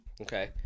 okay